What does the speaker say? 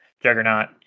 juggernaut